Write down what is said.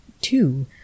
two